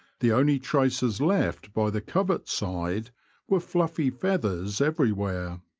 the only traces left by the covert side were fluffy feathers everywhere.